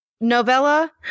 novella